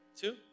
Two